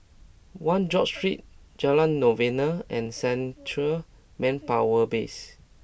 One George Street Jalan Novena and Central Manpower Base